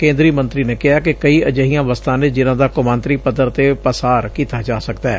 ਕੇਂਦਰੀ ਮੰਤਰੀ ਨੇ ਕਿਹਾ ਕਿ ਕਈ ਅਜਿਹੀਆਂ ਵਸਤਾਂ ਨੇ ਜਿਨਾਂ ਦਾ ਕੋਮਾਂਤਰੀ ਪੱਧਰ ਤੇ ਪਾਸਾਰ ਕੀਤਾ ਜਾ ਸਕਦੈ